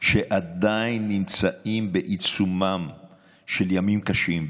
שעדיין נמצאים בעיצומם של ימים קשים,